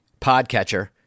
podcatcher